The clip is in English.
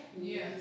Yes